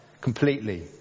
completely